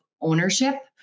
ownership